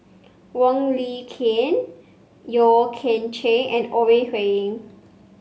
Wong Lin Ken Yeo Kian Chye and Ore Huiying